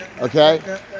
Okay